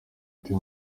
ate